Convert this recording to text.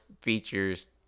features